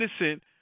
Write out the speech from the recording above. innocent